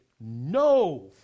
No